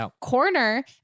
corner